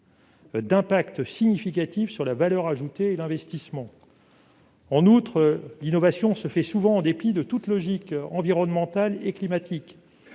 d'impact significatif sur la valeur ajoutée et l'investissement ». L'innovation se fait souvent en dépit de toute logique environnementale et climatique.